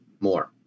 more